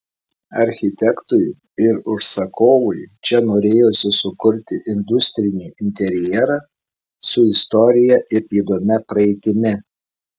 architektui ir užsakovui čia norėjosi sukurti industrinį interjerą su istorija ir įdomia praeitimi